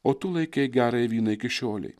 o tu laikei gerąjį vyną iki šiolei